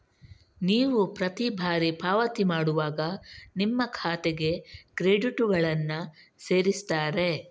ನೀವು ಪ್ರತಿ ಬಾರಿ ಪಾವತಿ ಮಾಡುವಾಗ ನಿಮ್ಮ ಖಾತೆಗೆ ಕ್ರೆಡಿಟುಗಳನ್ನ ಸೇರಿಸ್ತಾರೆ